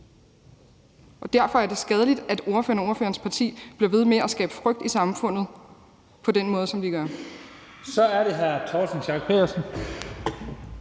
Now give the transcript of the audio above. og derfor er det skadeligt, at ordføreren og ordførerens parti bliver ved med at skabe frygt i samfundet på den måde, som de gør. Kl. 11:39 Første næstformand